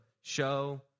show